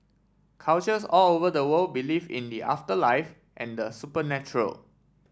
cultures all over the world believe in the afterlife and the supernatural